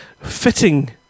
fitting